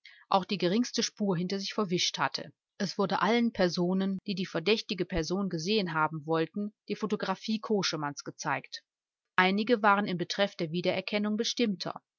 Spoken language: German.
auch die geringste spur hinter sich verwischt hatte es wurde allen personen die die verdächtige person gesehen haben wollten die photographie koschemanns gezeigt einige waren in betreff der wiedererkennung bestimmter